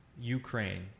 Ukraine